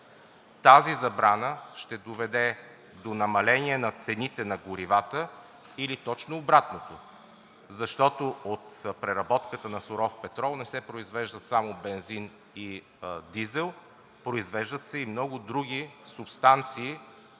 тази забрана ще доведе до намаление цените на горивата или точно обратното. От преработката на суров петрол не се произвеждат само бензин и дизел, а се произвеждат и много други субстанции